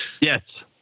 Yes